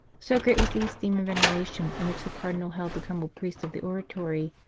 so great was the esteem and veneration in which the cardinal held the humble priest of the oratory,